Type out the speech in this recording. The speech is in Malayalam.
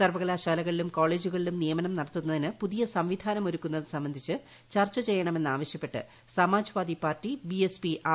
സ്ർവ്വകലാശാലകളിലും കോളേജുകളിലും നിയമനം നടത്തുന്നതിന് പുതിയ സംവിധാനം ഒരുക്കുന്നത് സംബന്ധിച്ച് ചർച്ച ചെയ്യണമെന്നാവശ്യപ്പെട്ട് സമാജ്വാദി പാർട്ടി ബിഎസ്പി ആർ